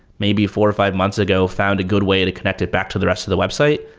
maybe four or five months ago, found a good way to connect it back to the rest of the website.